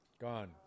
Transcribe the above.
gone